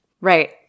Right